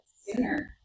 sooner